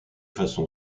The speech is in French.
façon